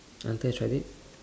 until I tried it